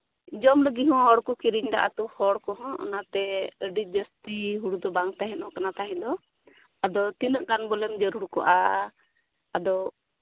ᱡᱚᱢ ᱞᱟᱹᱜᱤᱫ ᱦᱚᱸ ᱦᱚᱲ ᱠᱤᱨᱤᱧᱫᱟ ᱟᱹᱛᱳ ᱦᱚᱲ ᱠᱚᱦᱚᱸ ᱚᱱᱟᱛᱮ ᱟᱹᱰᱤ ᱡᱟᱹᱥᱛᱤ ᱦᱩᱲᱩ ᱫᱚ ᱵᱟᱝ ᱛᱟᱦᱮᱱᱚᱜ ᱠᱟᱱᱟ ᱛᱟᱦᱮᱸ ᱫᱚ ᱟᱫᱚ ᱛᱤᱱᱟᱹᱜ ᱜᱟᱱ ᱵᱚᱞᱮᱢ ᱡᱟᱹᱨᱩᱲ ᱠᱚᱜᱼᱟ ᱟᱫᱚ